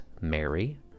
Mary